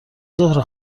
زهره